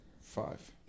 five